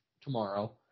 tomorrow